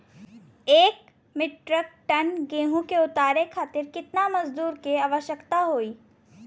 एक metric ton गेहूँ के उतारे खातीर कितना मजदूर क आवश्यकता होई?